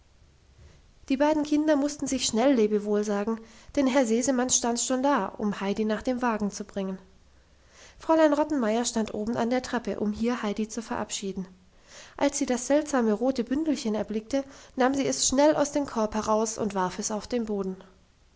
die beiden kinder mussten sich schnell lebewohl sagen denn herr sesemann stand schon da um heidi nach dem wagen zu bringen fräulein rottenmeier stand oben an der treppe um hier heidi zu verabschieden als sie das seltsame rote bündelchen erblickte nahm sie es schnell aus dem korb heraus und warf es auf den boden